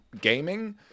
gaming